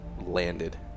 landed